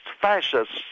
fascists